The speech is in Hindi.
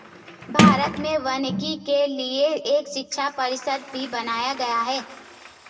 भारत में वानिकी के लिए एक शिक्षा परिषद भी बनाया गया है